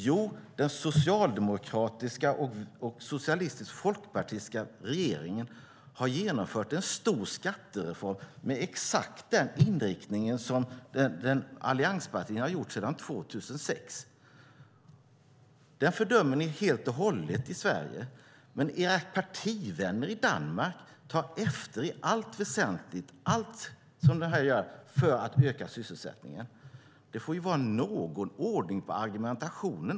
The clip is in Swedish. Jo, den danska regeringen, med Socialdemokraterna och Socialistisk Folkeparti, har genomfört en stor skattereform med exakt den inriktning som allianspartiernas skattereform sedan 2006 har. Den fördömer ni helt och hållet i Sverige. Men era partivänner i Danmark tar i allt väsentligt efter för att öka sysselsättningen. Det måste vara någon ordning på argumentationen.